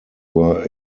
were